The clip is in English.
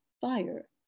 fire